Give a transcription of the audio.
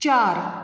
चार